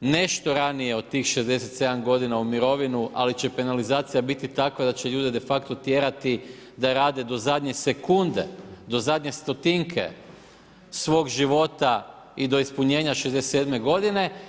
nešto ranije od tih 67 godina u mirovinu, ali će penalizacija biti takva da će ljude de facto tjerati da rade do zadnje sekunde, do zadnje stotinke svog života i do ispunjenja 67 godine.